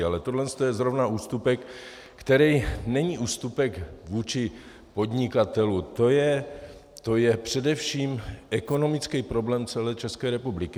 Ale toto je zrovna ústupek, který není ústupek vůči podnikatelům, to je především ekonomický problém celé České republiky.